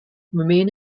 remain